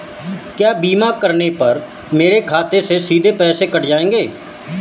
क्या बीमा करने पर मेरे खाते से सीधे पैसे कट जाएंगे?